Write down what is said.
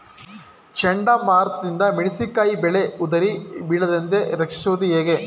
ಚಂಡಮಾರುತ ದಿಂದ ಮೆಣಸಿನಕಾಯಿ ಬೆಳೆ ಉದುರಿ ಬೀಳದಂತೆ ರಕ್ಷಿಸುವುದು ಹೇಗೆ?